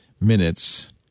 minutes